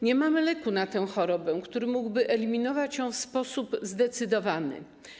Nie mamy leku na tę chorobę, który mógłby eliminować ją w sposób zdecydowany.